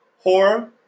Horror